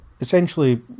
essentially